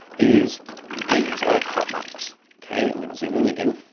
is these are the crop marks, okay, i'm gonna zoom in again.